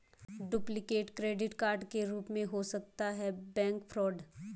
duplicate credit card के रूप में हो सकता है बैंक फ्रॉड